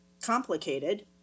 complicated